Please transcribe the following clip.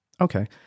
Okay